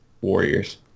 Warriors